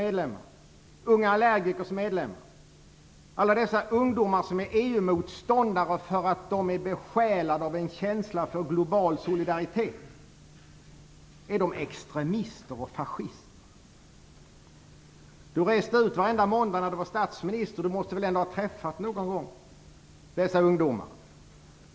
Unga allergikers medlemmar och alla dessa ungdomar som är EU-motståndare för att de är besjälade av en känsla för global solidaritet är de extremister och fascister? Carl Bildt var ute och reste varje måndag när han var statsminister. Han måste väl ändå ha träffat dessa ungdomar någon gång.